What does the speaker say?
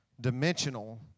Dimensional